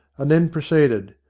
and then proceeded.